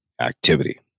activity